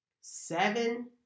seven